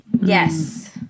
Yes